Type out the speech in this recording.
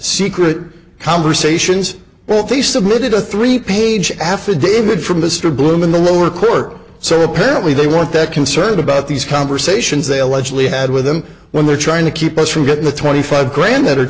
secret conversations well they submitted a three page affidavit from mr bloom in the lower court so apparently they weren't that concerned about these conversations they allegedly had with them when they're trying to keep us from getting the twenty five grand that are